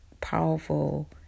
powerful